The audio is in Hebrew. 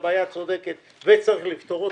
שהבעיה צודקת וצריך לפתור אותה,